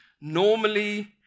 normally